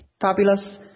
fabulous